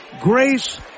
Grace